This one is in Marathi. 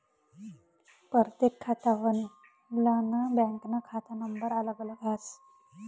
परतेक खातावालानं बँकनं खाता नंबर अलग अलग हास